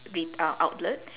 ret~ uh outlet